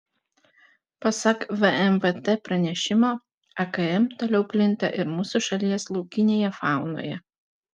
pasak vmvt pranešimo akm toliau plinta ir mūsų šalies laukinėje faunoje